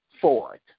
Ford